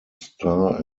star